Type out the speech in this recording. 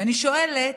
אדוני היושב-ראש,